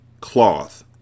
Cloth